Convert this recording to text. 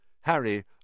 Harry